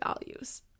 values